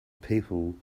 people